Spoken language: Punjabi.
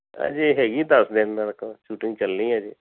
ਅਜੇ ਹੈਗੀ ਦਸ ਦਿਨ ਤੱਕ ਸ਼ੂਟਿੰਗ ਚੱਲਣੀ ਹੈ ਜੀ